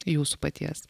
jūsų paties